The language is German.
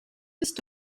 bist